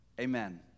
Amen